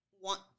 want